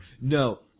No